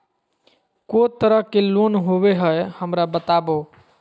को तरह के लोन होवे हय, हमरा बताबो?